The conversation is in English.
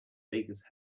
bakers